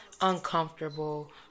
uncomfortable